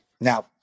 now